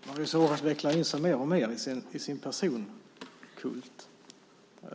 Herr talman! Mauricio Rojas vecklar in sig mer och mer i sin personkult. Jag